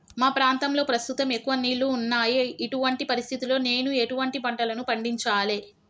మా ప్రాంతంలో ప్రస్తుతం ఎక్కువ నీళ్లు ఉన్నాయి, ఇటువంటి పరిస్థితిలో నేను ఎటువంటి పంటలను పండించాలే?